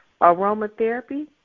Aromatherapy